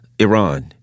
Iran